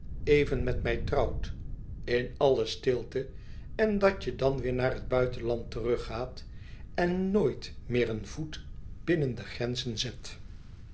even met mij trouwt in alle stilte en dat je dan weêr naar het buitenland teruggaat en nooit meer een voet binnen de grenzen zet